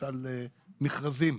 למשל מכרזים,